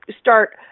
start